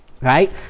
right